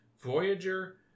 Voyager